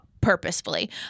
purposefully